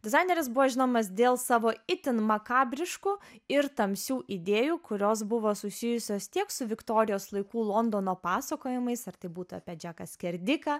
dizaineris buvo žinomas dėl savo itin makabriškų ir tamsių idėjų kurios buvo susijusios tiek su viktorijos laikų londono pasakojimais ar tai būtų apie džeką skerdiką